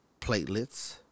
platelets